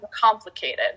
complicated